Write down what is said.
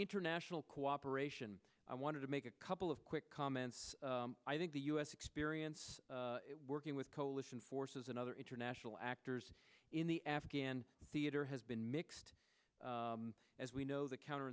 international cooperation i wanted to make a couple of quick comments i think the u s experience working with coalition forces and other international actors in the afghan theater has been mixed as we know the counter